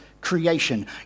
creation